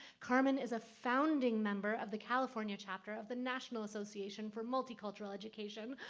carmen is a founding member of the california chapter of the national association for multicultural education,